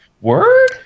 Word